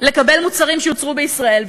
לקבל מוצרים שיוצרו בישראל,